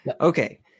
Okay